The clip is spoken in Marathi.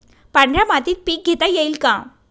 पांढऱ्या मातीत पीक घेता येईल का?